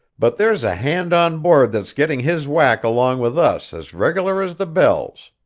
but there's a hand on board that's getting his whack along with us as regular as the bells.